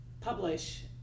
publish